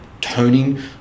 toning